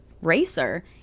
racer